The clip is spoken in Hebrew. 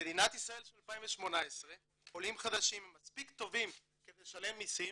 במדינת ישראל של 2018 עולים חדשים הם מספיק טובים כדי לשלם מסים,